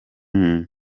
munsi